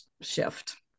shift